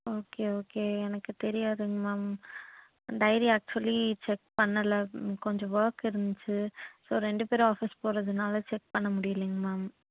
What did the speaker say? okay okay எனக்கு தெரியாதுங்க ma'am diary actually check பண்ணலை கொஞ்சம் ஒர்க் இருந்துச்சு ஸோ ரெண்டு பேரும் ஆஃபீஸ் போகிறதுனால செக் பண்ண முடியலைங் மேம்